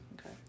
Okay